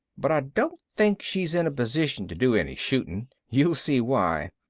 but i don't think she's in a position to do any shooting. you'll see why.